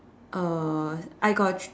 uh I got thr~